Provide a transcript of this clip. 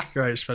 Great